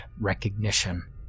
recognition